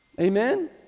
Amen